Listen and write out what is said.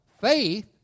faith